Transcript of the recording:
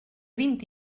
vint